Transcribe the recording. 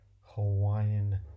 Hawaiian